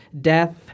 death